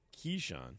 Keyshawn